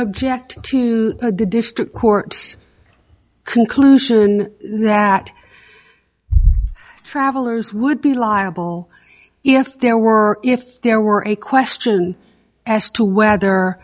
object to the district court conclusion that travelers would be liable if there were if there were a question as to whether